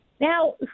Now